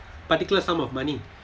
particular sum of money